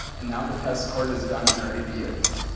and now the test cord is done and ready to use.